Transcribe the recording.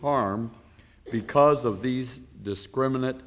harm because of these discriminate